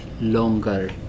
longer